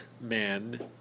men